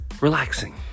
relaxing